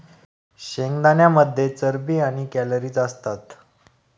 शेंगदाण्यांमध्ये चरबी आणि कॅलरीज असतात